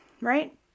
right